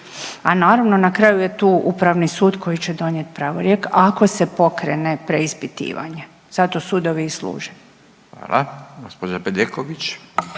A naravno na kraju je tu upravni sud koji će donijeti pravorijek ako se pokrene preispitivanje, zato sudovi i služe. **Radin, Furio